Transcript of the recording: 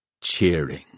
cheering